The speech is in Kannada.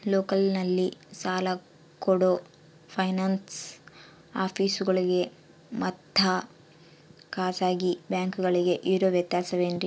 ಲೋಕಲ್ನಲ್ಲಿ ಸಾಲ ಕೊಡೋ ಫೈನಾನ್ಸ್ ಆಫೇಸುಗಳಿಗೆ ಮತ್ತಾ ಖಾಸಗಿ ಬ್ಯಾಂಕುಗಳಿಗೆ ಇರೋ ವ್ಯತ್ಯಾಸವೇನ್ರಿ?